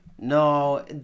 No